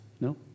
No